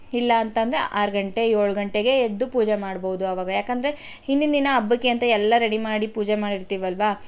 ಇಲ್ಲ ಅಂತ ಅಂದರೆ ಆರು ಗಂಟೆ ಏಳು ಗಂಟೆಗೆ ಎದ್ದು ಪೂಜೆ ಮಾಡ್ಬೋದು ಆವಾಗ ಯಾಕೆಂದ್ರೆ ಹಿಂದಿನ ದಿನ ಹಬ್ಬಕ್ಕೆ ಅಂತ ಎಲ್ಲ ರೆಡಿ ಮಾಡಿ ಪೂಜೆ ಮಾಡಿರ್ತೀವಲ್ಲವಾ